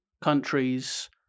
countries